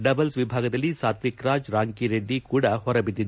doubles ವಿಭಾಗದಲ್ಲಿ Satwik Raj Rankireddy ಕೂಡ ಹೊರಬಿದ್ದಿದ್ದಾರೆ